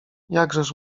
jakżeż